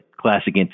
Classic